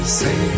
say